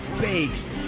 based